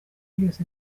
byose